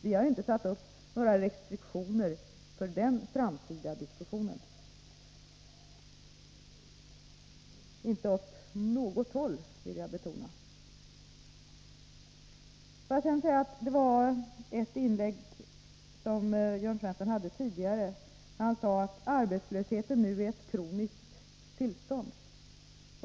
Vi har inte satt upp några restriktioner för den framtida diskussionen — inte åt något håll, vill jag betona. Jörn Svensson sade att arbetslösheten nu är ett kroniskt tillstånd.